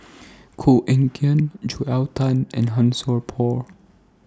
Koh Eng Kian Joel Tan and Han Sai Por